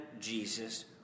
Jesus